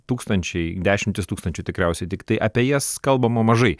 tūkstančiai dešimtys tūkstančių tikriausiai tiktai apie jas kalbama mažai